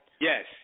Yes